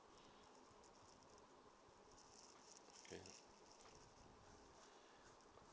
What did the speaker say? ya